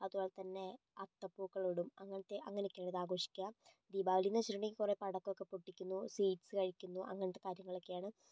അതുപോലെ തന്നെ അത്തപൂക്കളം ഇടും അങ്ങനത്തെ അങ്ങനൊക്കെയാണ് ഇത് ആഘോഷിക്കുക ദീപാവലിയെന്നു വച്ചിട്ടുണ്ടെങ്കിൽ കുറേ പടക്കമൊക്കെ പൊട്ടിക്കുന്നു സ്വീറ്റ്സ് കഴിക്കുന്നു അങ്ങനത്തെ കാര്യങ്ങളൊക്കെയാണ്